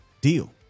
deal